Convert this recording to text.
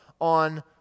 on